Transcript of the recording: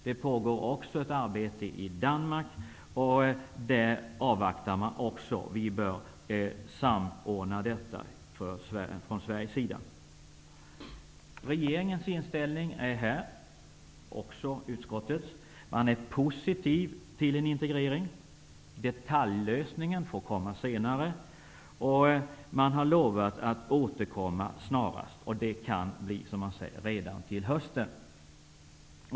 Det pågår också ett arbete i Danmark. Det bör vi också avvakta och samordna detta från Sveriges sida. Regeringen, som också utskottet, är positiv till en integrering. Detaljlösningen får komma senare. Man har lovat att återkomma snarast. Det kan bli, som jag sade, redan till hösten.